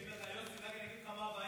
אני אגיד לך רק, יוסי, מה הבעיה.